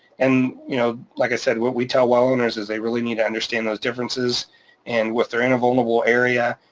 and you know, like i said, what we tell well owners is they really need to understand those differences and when they're in a vulnerable area,